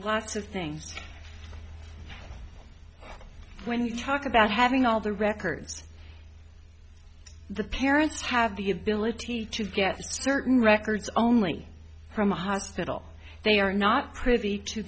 lots of things when you talk about having all the records the parents have the ability to get certain records only from a hospital they are not privy to